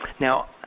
Now